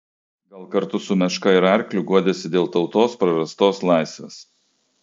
gal kartu su meška ir arkliu guodėsi dėl tautos prarastos laisvės